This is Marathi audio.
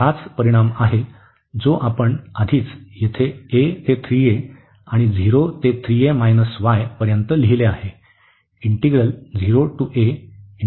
तर हाच परिणाम आहे जो आपण आधीच येथे a ते 3a आणि 0 ते पर्यंत लिहिले आहे